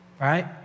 right